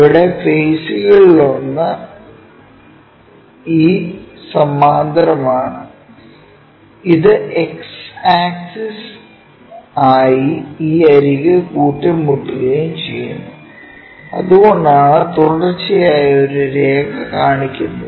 ഇവിടെ ഫെയ്സ്കളിലൊന്ന് ഈ സമാന്തരമാണ് ഇത് X ആക്സിസ് ആയി ഈ അരിക് കൂട്ടിമുട്ടുന്നു ചെയുന്നു അതുകൊണ്ടാണ് തുടർച്ചയായ ഒരു രേഖ കാണിക്കുന്നത്